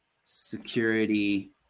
security